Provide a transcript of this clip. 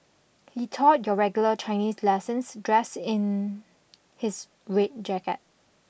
he taught your regular Chinese lessons dressed in his red jacket